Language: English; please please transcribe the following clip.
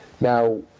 now